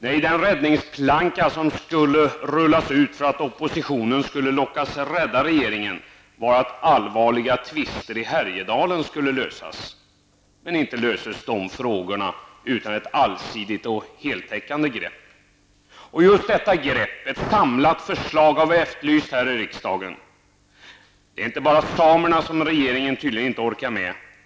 Nej, den räddningsplanka som rullades ut för att oppositionen skulle lockas rädda regeringen var att lösa allvarliga tvister i Härjedalens skogsbygd. Men inte löses dessa tvister utan ett allsidigt och heltäckande grepp. Just detta grepp -- ett samlat förslag -- har vi efterlyst här i riksdagen. Men det är tydligen inte bara samerna som regeringen inte orkar med.